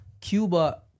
Cuba